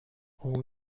اون